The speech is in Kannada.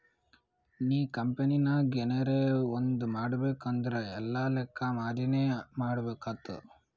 ನೀ ಕಂಪನಿನಾಗ್ ಎನರೇ ಒಂದ್ ಮಾಡ್ಬೇಕ್ ಅಂದುರ್ ಎಲ್ಲಾ ಲೆಕ್ಕಾ ಮಾಡಿನೇ ಮಾಡ್ಬೇಕ್ ಆತ್ತುದ್